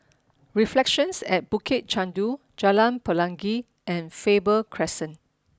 reflections at Bukit Chandu Jalan Pelangi and Faber Crescent